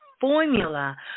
formula